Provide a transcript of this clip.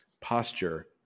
posture